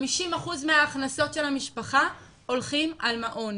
חמישים אחוז מההכנסות של המשפחה הולכים על מעון.